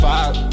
Five